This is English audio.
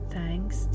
thanks